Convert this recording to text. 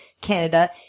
Canada